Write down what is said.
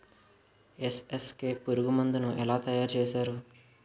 NSK పురుగు మందు ను ఎలా తయారు చేస్తారు?